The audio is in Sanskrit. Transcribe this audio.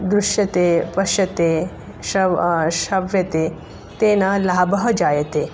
दृश्यते पश्यति श्रवणं श्रूयते तेन लाभः जायते